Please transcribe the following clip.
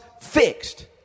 fixed